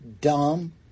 dumb